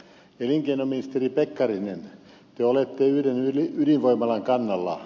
elinkeinoministeri pekkarinen te olette yhden ydinvoimalan kannalla